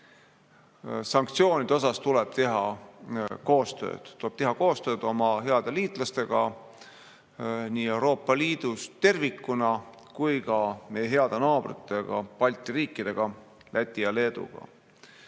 Sanktsioonide puhul tuleb teha koostööd, tuleb teha koostööd oma heade liitlastega nii Euroopa Liidus tervikuna kui ka meie heade naabrite Balti riikidega, Läti ja Leeduga. Oma